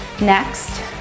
next